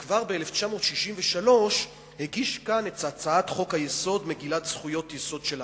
שכבר בשנת 1963 הגיש כאן את הצעת חוק-יסוד: מגילת זכויות יסוד של האדם,